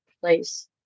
place